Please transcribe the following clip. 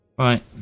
Right